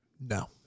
No